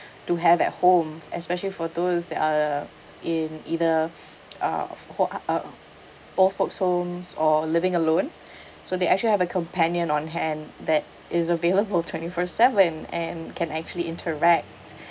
to have at home especially for those that are in either uh folks uh uh old folks' homes or living alone so they actually have a companion on hand that is available twenty four seven and can actually interact